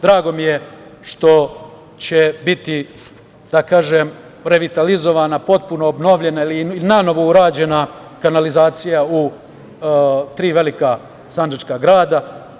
Drago mi je što će biti revitalizovana, potpuno obnovljena ili nanovo urađena kanalizacija u tri velika sandžačka grada.